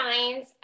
signs